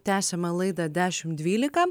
tęsiame laidą dešim dvylika